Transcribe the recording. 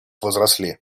возросли